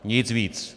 Nic víc.